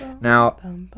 Now